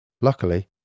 Luckily